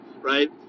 Right